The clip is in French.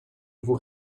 vous